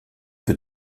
peu